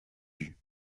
vue